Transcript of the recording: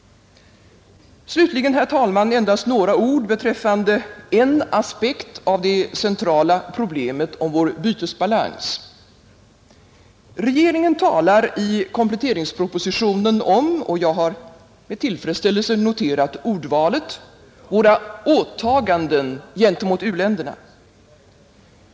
Slutligen, herr talman, endast några ord beträffande en aspekt av det centrala problemet om vår bytesbalans. Regeringen talar i kompletteringspropositionen om — och jag har med tillfredsställelse noterat ordvalet — våra åtaganden gentemot u-länderna.